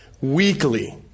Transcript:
Weekly